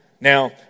Now